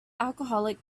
alcoholic